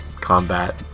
combat